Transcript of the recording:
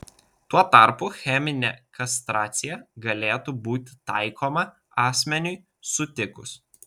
tuo tarpu cheminė kastracija galėtų būti taikoma asmeniui sutikus